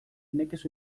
nekez